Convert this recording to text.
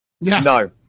no